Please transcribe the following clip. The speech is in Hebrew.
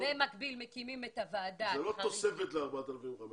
במקביל מקימים את ועדת החריגים --- זה לא תוספת ל-4,500.